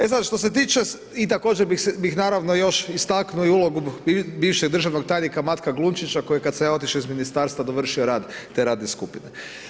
E sada što se tiče i također bih naravno još istaknuo i ulogu bivšeg državnog tajnika Matka Glumčića koji kada sam ja otišao iz Ministarstva dovršio rad te radne skupine.